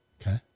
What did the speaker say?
Okay